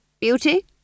Beauty